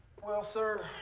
well, sir.